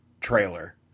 trailer